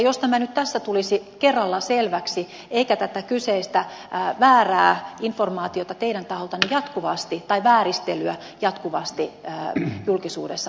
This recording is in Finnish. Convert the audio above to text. jos tämä nyt tässä tulisi kerralla selväksi eikä tätä kyseistä väärää informaatiota teidän taholtanne jatkuvasti tai vääristelyä jatkuvasti julkisuudessa harjoitettaisi